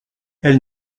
elle